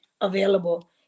available